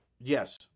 Yes